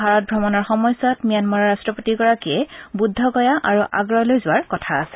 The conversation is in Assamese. ভাৰত ভ্ৰমণৰ সময়ছোৱাত ম্যানমাৰ ৰাট্ৰপতিগৰাকীয়ে বুদ্ধগয়া আৰু আগ্ৰালৈ যোৱাৰ কথা আছে